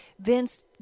Vince